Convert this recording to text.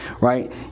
Right